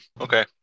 Okay